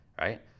right